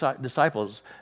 disciples